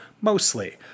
mostly